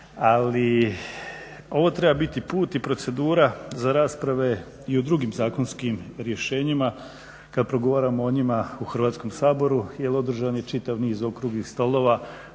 ali ovo treba biti put i procedura za rasprave i u drugim zakonskim rješenjima kad progovaramo o njima u Hrvatskom saboru jer održan je čitav niz okruglih stolova